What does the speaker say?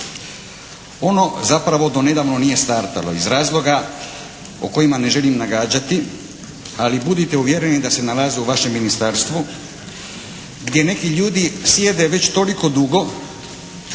ono zapravo do nedavno nije startalo iz razloga o kojima ne želim nagađati ali budite uvjereni da se nalaze u vašem Ministarstvu gdje neki ljudi sjede već toliko dugo